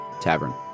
tavern